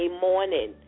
morning